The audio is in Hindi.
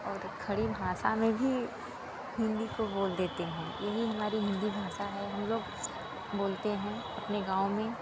और खड़ी भाषा में भी हिंदी को बोल देते हैं यही हमारी हिंदी भाषा है हम लोग बोलते हैं अपने गाँव में